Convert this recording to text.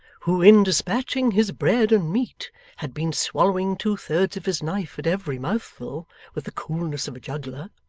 who in despatching his bread and meat had been swallowing two-thirds of his knife at every mouthful with the coolness of a juggler,